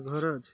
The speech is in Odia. ଘରଜ